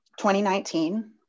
2019